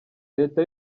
leta